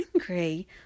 angry